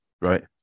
Right